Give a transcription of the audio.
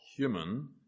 human